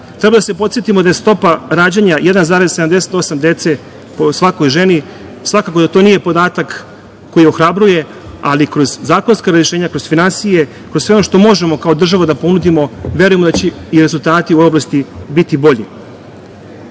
Treba da se podsetimo da je stopa rađanja 1,78 dece po svakoj ženi, što svakako nije podatak koji ohrabruje, ali kroz zakonska rešenja, kroz finansije, kroz sve ono što možemo kao država da ponudimo, verujemo da će i rezultati u toj oblasti biti bolji. Treće